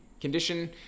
condition